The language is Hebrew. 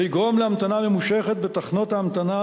ויגרום להמתנה ממושכת בתחנות ההמתנה,